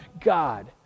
God